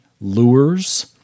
lures